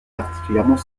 particulièrement